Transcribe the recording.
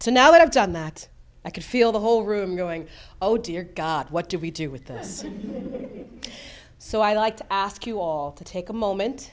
to now that i've done that i could feel the whole room going oh dear god what do we do with this so i'd like to ask you all to take a moment